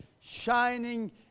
shining